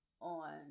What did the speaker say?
on